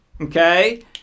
okay